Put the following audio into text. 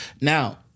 Now